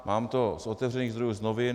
Mám to z otevřených zdrojů z novin.